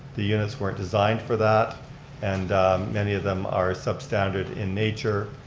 the units weren't designed for that and many of them are substandard in nature.